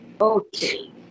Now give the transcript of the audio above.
Okay